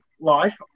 life